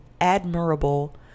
admirable